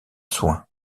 soin